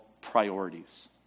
priorities